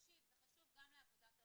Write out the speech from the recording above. זה חשוב גם לעבודת הוועדה.